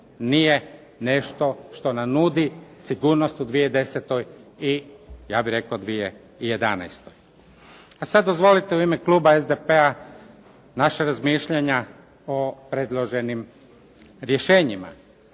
nije nešto što nam nudi sigurnost u 2010. i ja bih rekao u 2011. A sada dozvolite u ime kluba SDP-a naša razmišljanja o predloženim rješenjima.